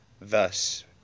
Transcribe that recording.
thus